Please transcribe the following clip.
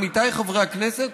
עמיתיי חברי הכנסת,